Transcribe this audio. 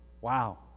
Wow